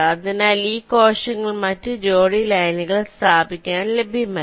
അതിനാൽ ഈ കോശങ്ങൾ മറ്റ് ജോഡി ലൈനുകൾ സ്ഥാപിക്കാൻ ലഭ്യമല്ല